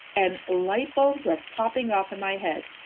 and light bulbs were popping off in my head,